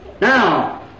Now